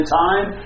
time